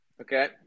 Okay